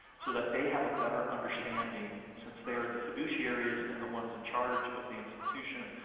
so that they have a better understanding, since they are the fiduciaries and the ones in charge of the institution,